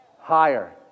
Higher